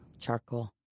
charcoal